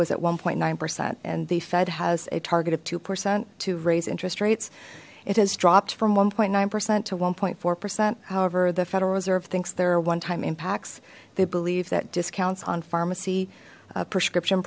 was at one nine percent and the fed has a target of two percent to raise interest rates it has dropped from one point nine percent to one point four percent however the federal reserve thinks there are one time impacts they believe that discounts on pharmacy prescription